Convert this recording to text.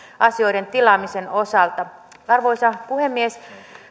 asioiden tilaamisen osalta arvoisa puhemies